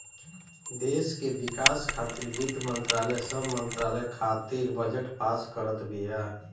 देस के विकास खातिर वित्त मंत्रालय सब मंत्रालय खातिर बजट पास करत बिया